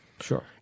sure